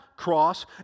cross